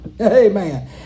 Amen